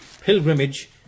pilgrimage